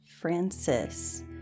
Francis